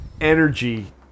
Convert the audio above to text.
energy